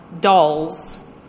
dolls